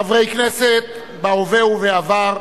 חברי כנסת בהווה ובעבר,